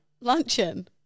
Luncheon